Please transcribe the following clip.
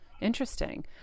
interesting